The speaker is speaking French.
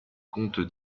compte